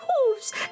hooves